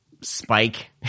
spike